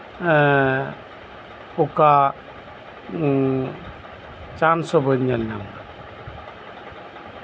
ᱮᱸᱜ ᱚᱠᱟ ᱪᱟᱱᱥ ᱦᱚᱸ ᱮᱸᱜ ᱵᱟᱹᱧ ᱧᱮᱞ ᱧᱟᱢᱫᱟ